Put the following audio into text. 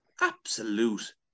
absolute